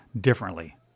differently